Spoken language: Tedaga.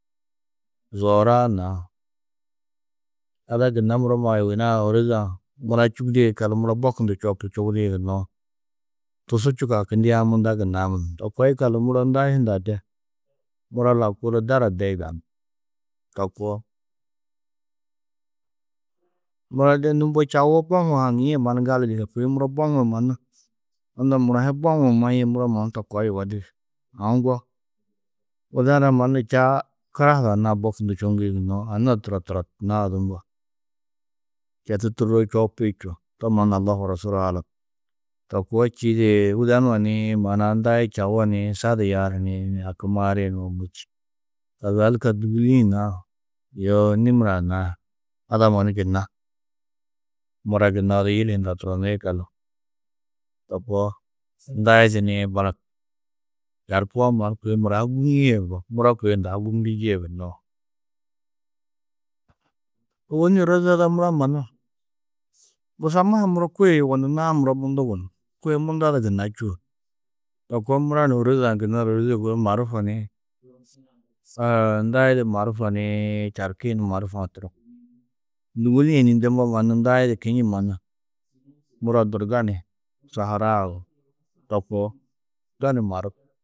Zoor-ã naa ada gunna muro yuna-ã ôroze-ã mura čubudîe yikallu, muro bokundu čoopu čubudĩ gunnoo, tusu čûku hakindiã munda gunnaá munum. To koo yikallu, muro ndai hundã de mura lau kunu darar de yidanú to koo. Mura de nû čawo, boŋuũ haŋîe mannu gali dige, kôi muro boŋuũ mannu, unda muro hi boŋuũ maîe, muro mannu to koo yugó dige. Aũ ŋgo widenu-ã mannu čaa karaha du anna-ã bokundu čoŋgĩ gunnoo, anna turo, turonna odu mbo četu tûrroo čoopi čuo. To mannu Allahû, Rosûl aalam. To koo čîidi, widenu-ã nii maana-ã ndai čawo ni sa du yaaru nii haki maari nuũ mu či. Kazalika dûguli-ĩ naa yoo nimir-ã naa, ada mannu gunna. Mura gunna odu yili hundã turonnu yikallu. To koo ndai di nii balak yarkuwo mannu kôi mura ha gûmie yugó. Mura kôi unda ha gûbnjindie gunnoo. Ôwonni ôroze ada mura mannu busamma ha muro kôe yugondunnãá muro mundu gunú. Kôe munda du gunna čûo. To koo mura ni ôroze-ã gunna ôroze guru maarufa ni saa ndai di maarufa nii čarki ni maarufa-ã turo. Dûguli-ĩ ni mbo mannu ndai di kiñi mannu muro durdo ni saharau to koo. To ni maaruf.